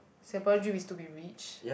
singapore dream is to be rich